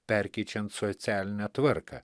perkeičiant socialinę tvarką